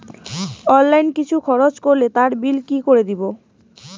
Online কিছু খরচ করলে তার বিল কি করে দেবো?